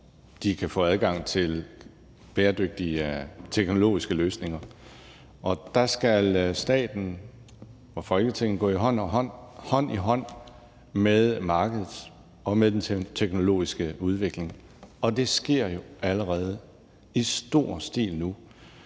kan få adgang til bæredygtige teknologiske løsninger. Der skal staten og Folketinget gå hånd i hånd med markedet og med den teknologiske udvikling, og det sker jo allerede i stor stil nu.